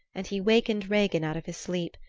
and he wakened regin out of his sleep,